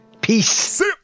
Peace